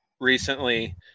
recently